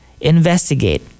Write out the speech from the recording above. Investigate